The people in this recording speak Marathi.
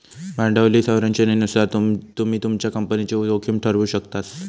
भांडवली संरचनेनुसार तुम्ही तुमच्या कंपनीची जोखीम ठरवु शकतास